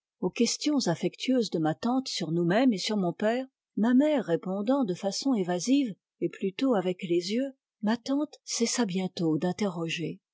aux questions affectueuses de ma tante sur nous-mêmes et sur mon père ma mère répondant de façon évasive et plutôt avec les yeux ma tante cessa bientôt d'interroger